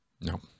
No